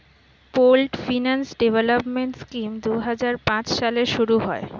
pooled finance development scheme দুই হাজার পাঁচ সালে শুরু হয়